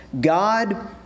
God